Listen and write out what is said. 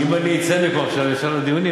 אם אני אצא מפה עכשיו ישר לדיונים,